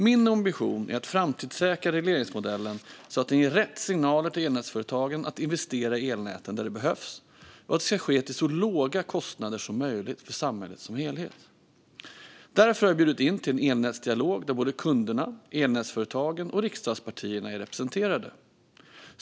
Min ambition är att framtidssäkra regleringsmodellen så att den ger rätt signaler till elnätsföretagen att investera i elnäten där det behövs och att det ska ske till så låga kostnader som möjligt för samhället som helhet. Därför har jag bjudit in till en elnätsdialog där både kunderna, elnätsföretagen och riksdagspartierna är representerade.